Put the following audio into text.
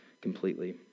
completely